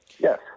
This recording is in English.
Yes